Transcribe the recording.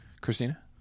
Christina